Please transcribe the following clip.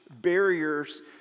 barriers